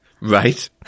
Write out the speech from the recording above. Right